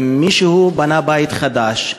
מישהו בנה בית חדש.